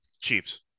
Chiefs